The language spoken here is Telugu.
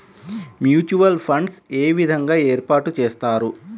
మ్యూచువల్ ఫండ్స్ ఏ విధంగా ఏర్పాటు చేస్తారు?